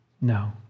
No